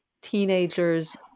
teenagers